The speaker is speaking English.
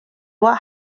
what